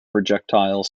projectile